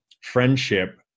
friendship